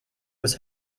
was